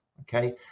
okay